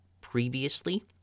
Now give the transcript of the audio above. Previously